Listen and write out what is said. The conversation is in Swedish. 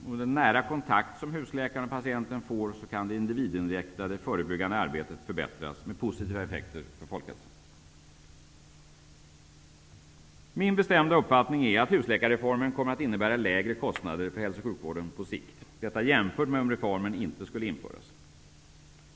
Med den nära kontakt som husläkaren och patienten får kan det individinriktade förebyggande arbetet förbättras med positiva effekter för folkhälsan. Min bestämda uppfattning är att husläkarreformen kommer att innebära lägre kostnader för hälso och sjukvården på sikt, detta jämfört med om reformen inte skulle införas.